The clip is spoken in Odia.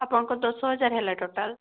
ଆପଣଙ୍କ ଦଶ ହଜାର ହେଲା ଟୋଟାଲ